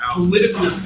political